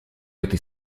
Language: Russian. этой